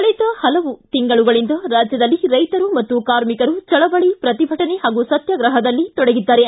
ಕಳೆದ ಹಲವು ತಿಂಗಳುಗಳಿಂದ ರಾಜ್ಜದಲ್ಲಿ ರೈತರು ಮತ್ತು ಕಾರ್ಮಿಕರು ಚಳವಳಿ ಪ್ರತಿಭಟನೆ ಹಾಗೂ ಸತ್ತಾಗ್ರಹಗಳಲ್ಲಿ ತೊಡಗಿದ್ದಾರೆ